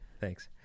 Thanks